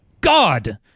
god